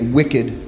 wicked